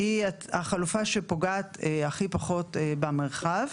היא החלופה שפוגעת הכי פחות במרחב.